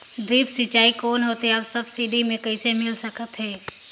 Drip सिंचाई कौन होथे अउ सब्सिडी मे कइसे मिल सकत हे?